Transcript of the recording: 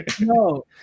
No